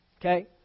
Okay